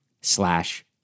slash